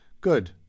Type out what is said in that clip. good